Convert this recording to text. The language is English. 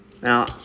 Now